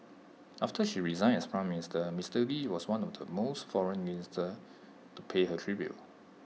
after she resigned as Prime Minister Mister lee was one of the first foreign leaders to pay her tribute